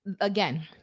again